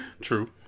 True